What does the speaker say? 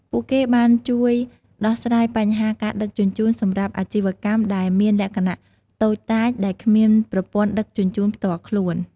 ពួកគេបានជួយដោះស្រាយបញ្ហាការដឹកជញ្ជូនសម្រាប់អាជីវកម្មដែលមានលក្ខណៈតូចតាចដែលគ្មានប្រព័ន្ធដឹកជញ្ជូនផ្ទាល់ខ្លួន។